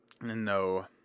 No